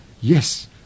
yes